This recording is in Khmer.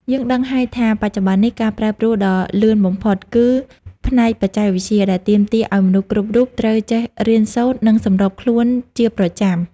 យើងដឹងហើយថាបច្ចុប្បន្ននេះ ការប្រែប្រួលដ៏លឿនបំផុតគឺផ្នែកបច្ចេកវិទ្យា ដែលទាមទារឱ្យមនុស្សគ្រប់រូបត្រូវចេះរៀនសូត្រ និងសម្របខ្លួនជាប្រចាំ។